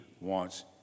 wants